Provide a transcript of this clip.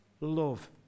love